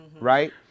Right